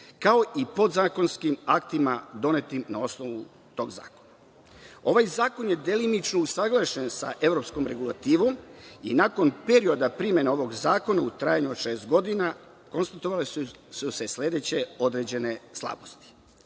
kao i podzakonskim aktima donetim na osnovu tog zakona. Ovaj zakon je delimično usaglašen sa evropskom regulativom i nakon perioda primene ovog zakona u trajanju od šest godina, konstatovale su se sledeće određene slabosti,